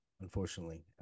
unfortunately